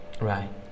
right